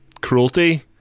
cruelty